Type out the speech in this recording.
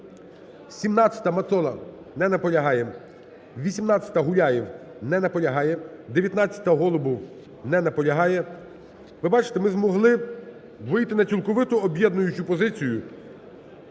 17-а, Мацола. Не наполягає. 18-а, Гуляєв. Не наполягає. 19-а. Голубов. Не наполягає. Ви бачите, ми змогли вийти на цілковиту об'єднуючу позицію,